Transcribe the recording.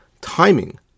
timing